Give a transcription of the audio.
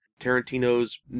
Tarantino's